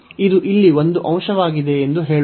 ಇದು ಇಲ್ಲಿ ಒಂದು ಅಂಶವಾಗಿದೆ ಎಂದು ಹೇಳೋಣ